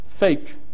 fake